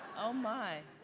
oh my,